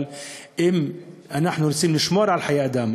אבל אם אנחנו רוצים לשמור על חיי אדם,